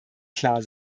klar